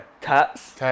Tats